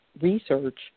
research